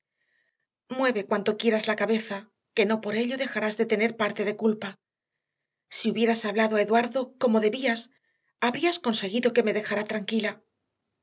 mueve cuanto quieras la cabeza que no por ello dejarás de tener parte de culpa si hubieras hablado a eduardo como debías habrías conseguido que me dejara tranquila